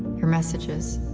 your messages,